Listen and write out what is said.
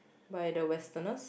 by the westerners